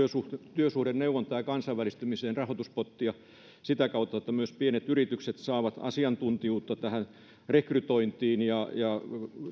työsuhdeneuvontaan ja kansainvälistymiseen rahoituspottia niin että myös pienet yritykset saavat asiantuntijuutta rekrytointiin ja ja